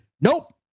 Nope